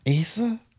Asa